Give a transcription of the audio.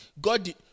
God